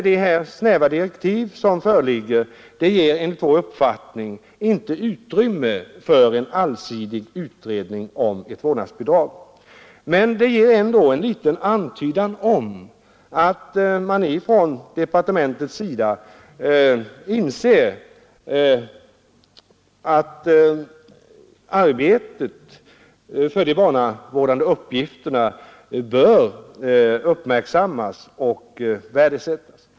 De snäva direktiv som föreligger ger emellertid enligt vår uppfattning inte utrymme för en allsidig utredning om ett vårdnadsbidrag. Men de ger ändå en liten antydan om att man från departementets sida inser att arbetet för de barnavårdande uppgifterna bör uppmärksammas och värdesättas.